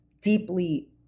deeply